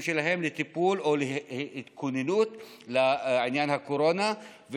שלהם לטיפול או להתכוננות לעניין הקורונה.